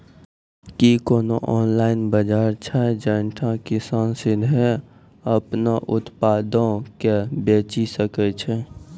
कि कोनो ऑनलाइन बजार छै जैठां किसान सीधे अपनो उत्पादो के बेची सकै छै?